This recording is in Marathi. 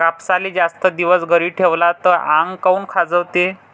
कापसाले जास्त दिवस घरी ठेवला त आंग काऊन खाजवते?